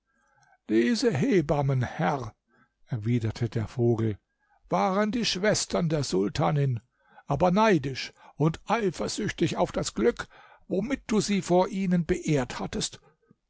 diese hebammen herr erwiderte der vogel waren die schwestern der sultanin aber neidisch und eifersüchtig auf das glück womit du sie vor ihnen beehrt hattest